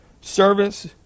service